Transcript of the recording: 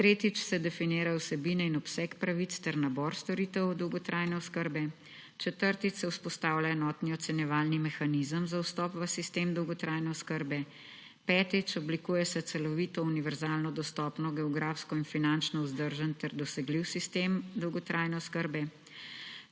Tretjič, definirajo se vsebine in obseg pravic ter nabor storitev dolgotrajne oskrbe. Četrtič, vzpostavlja se enoten ocenjevalni mehanizem za vstop v sistem dolgotrajne oskrbe. Petič, oblikuje se celovit, univerzalno dostopen, geografsko in finančno vzdržen ter dosegljiv sistem dolgotrajne oskrbe.